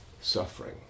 suffering